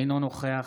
אינו נוכח